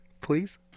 please